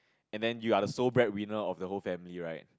and then you are the sole bread winner of the whole family right